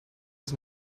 das